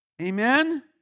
Amen